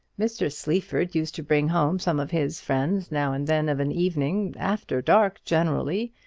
mr. sleaford used to bring home some of his friends now and then of an evening, after dark generally,